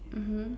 mmhmm